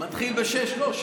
מתחיל ב-18:00.